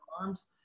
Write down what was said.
arms